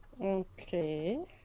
okay